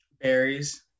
Berries